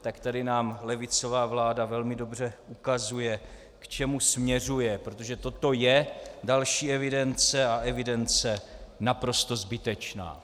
Tak tady nám levicová vláda velmi dobře ukazuje, k čemu směřuje, protože toto je další evidence a evidence naprosto zbytečná.